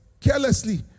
carelessly